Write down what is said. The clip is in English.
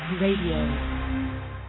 Radio